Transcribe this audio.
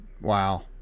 Wow